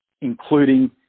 including